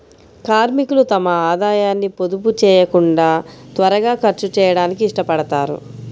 కార్మికులు తమ ఆదాయాన్ని పొదుపు చేయకుండా త్వరగా ఖర్చు చేయడానికి ఇష్టపడతారు